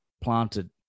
planted